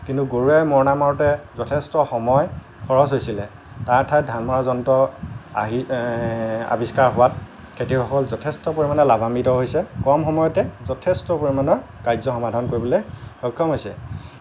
কিন্তু গৰুৱে মৰণা মাৰোঁতে যথেষ্ট সময় খৰচ হৈছিলে তাৰ ঠাইত ধান মৰা যন্ত্ৰ আহি আৱিষ্কাৰ হোৱাত খেতিয়কসকল যথেষ্ট পৰিমাণে লাভান্বিত হৈছে কম সময়তে যথেষ্ট পৰিমাণৰ কাৰ্য্য সমাধান কৰিবলৈ সক্ষম হৈছে